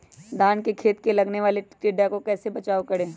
धान के खेत मे लगने वाले टिड्डा से कैसे बचाओ करें?